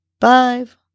five